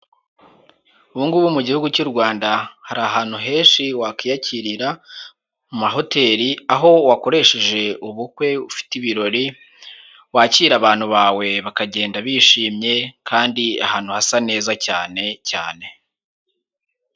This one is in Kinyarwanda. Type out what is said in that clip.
Ubu ngubu mu gihugu cy'u Rwanda, hari ahantu henshi wakwiyakirira mu mahoteli, aho wakoresheje ubukwe ufite ibirori, wakira abantu bawe bakagenda bishimye, kandi ahantu hasa neza cyane cyane.